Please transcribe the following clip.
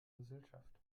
gesellschaft